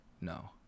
No